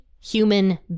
human